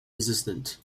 resistant